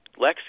Lexi